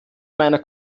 meiner